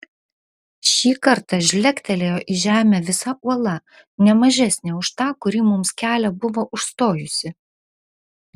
šį kartą žlegtelėjo į žemę visa uola ne mažesnė už tą kuri mums kelią buvo užstojusi